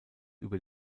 über